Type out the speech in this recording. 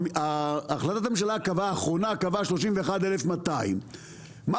החלטת הממשלה האחרונה קבעה 31,200. מה